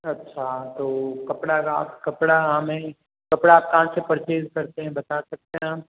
अच्छा तो कपड़ा का कपड़ा हमें कपड़ा आप कहाँ से परचेज़ करते हैं बता सकते हैं हम